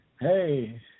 hey